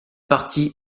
partie